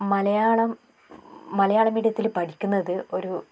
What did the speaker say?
മലയാളം മലയാള മീഡിയത്തിൽ പഠിക്കുന്നത് ഒരു